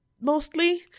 mostly